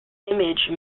image